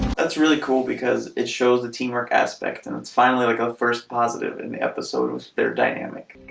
that's really cool because it shows the teamwork aspect and it's finally like a first positive in the episode was their dynamic